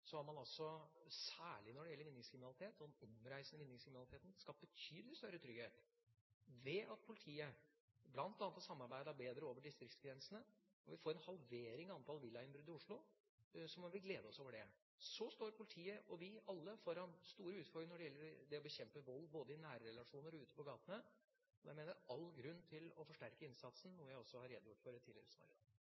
har man, særlig når det gjelder den omreisende vinningskriminaliteten, skapt betydelig større trygghet ved at politiet bl.a. har samarbeidet bedre over distriktsgrensene. Når vi får en halvering av antall villainnbrudd i Oslo, må vi glede oss over det. Så står politiet – og vi alle – foran store utfordringer når det gjelder å bekjempe vold både i nære relasjoner og ute på gatene. Jeg mener det er all grunn til å forsterke innsatsen, noe jeg også har redegjort for i tidligere svar